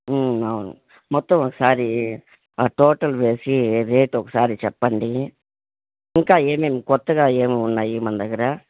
అవును మొత్తం ఒకసారి ఆ టోటల్ వేసి రేట్ ఒకసారి చెప్పండి ఇంకా ఏమేమి కొత్తగా ఏమి ఉన్నాయి మన దగ్గర